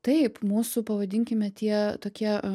taip mūsų pavadinkime tie tokie